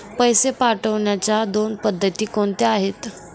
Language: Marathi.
पैसे पाठवण्याच्या दोन पद्धती कोणत्या आहेत?